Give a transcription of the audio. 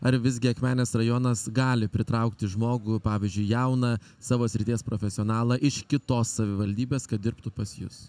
ar visgi akmenės rajonas gali pritraukti žmogų pavyzdžiui jauną savo srities profesionalą iš kitos savivaldybės kad dirbtų pas jus